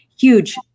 huge